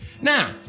Now